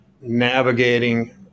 navigating